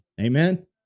Amen